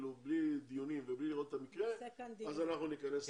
בלי דיונים ובלי לראות את המקרה אז אנחנו נכנס.